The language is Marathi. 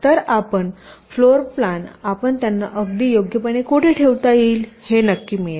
तर आपण फ्लोर प्लॅन आपण त्यांना अगदी योग्यपणे कोठे ठेवता येईल हे नक्की मिळेल